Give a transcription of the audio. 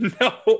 No